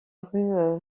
rue